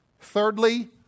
Thirdly